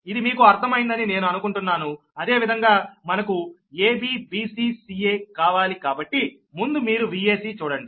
ఇది మీకు అర్థం అయింది అని నేను అనుకుంటున్నాను అదే విధంగా మనకు ab bc ca కావాలి కాబట్టి ముందు మీరు Vac చూడండి